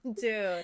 dude